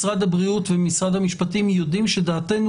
משרד הבריאות ומשרד המשפטים יודעים שדעתנו